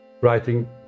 writing